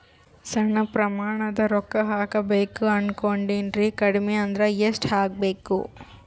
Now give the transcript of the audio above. ಸಣ್ಣ ಪ್ರಮಾಣದ ರೊಕ್ಕ ಹಾಕಬೇಕು ಅನಕೊಂಡಿನ್ರಿ ಕಡಿಮಿ ಅಂದ್ರ ಎಷ್ಟ ಹಾಕಬೇಕು?